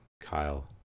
Kyle